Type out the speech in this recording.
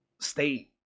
state